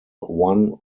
one